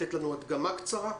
לתת לנו הדגמה קצרה?